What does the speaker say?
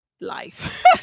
life